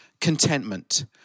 contentment